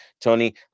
Tony